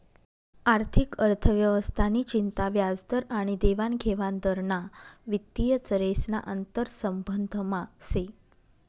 आर्थिक अर्थव्यवस्था नि चिंता व्याजदर आनी देवानघेवान दर ना वित्तीय चरेस ना आंतरसंबंधमा से